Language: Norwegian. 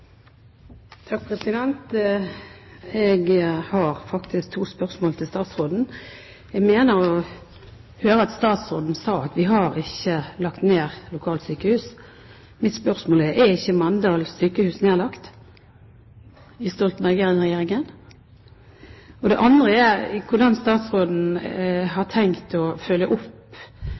Jeg har to spørsmål til statsråden. Jeg mente å høre at statsråden sa at vi har ikke lagt ned lokalsykehus. Mitt spørsmål er: Er ikke Mandal sykehus nedlagt av Stoltenberg I-regjeringen? Det andre spørsmålet er: Hvordan har statsråden tenkt å følge opp